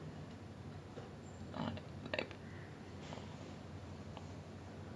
ya ya ya like ya honestly I feel a bit bad lah because in the little india race நடந்துச்சு ஞபகோ இருக்கா:nadanthuchu nyabako irukkaa